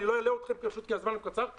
אני לא אלאה אתכם כי הזמן קצר,